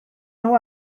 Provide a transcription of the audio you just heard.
nhw